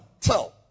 Tell